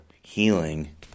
healing